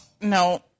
no